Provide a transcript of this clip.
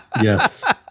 Yes